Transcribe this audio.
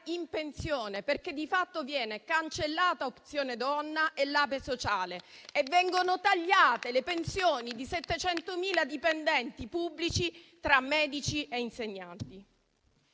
in pensione: di fatto, viene cancellata opzione donna e l'APE sociale, e vengono tagliate le pensioni di 700.000 dipendenti pubblici, tra medici e insegnanti.